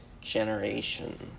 generation